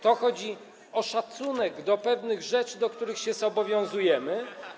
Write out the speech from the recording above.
To chodzi o szacunek do pewnych rzeczy, do czego się zobowiązujemy.